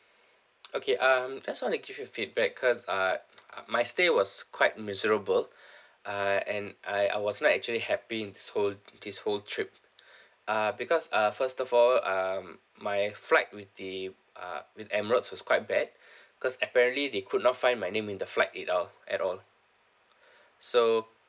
okay um just want to give you a feedback cause uh my stay was quite miserable uh and I I was not actually happy in this whole this whole trip uh because uh first of all uh my flight with the uh with Emirates was quite bad cause apparently they could not find my name in the flight it all at all so